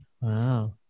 Wow